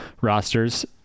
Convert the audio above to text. rosters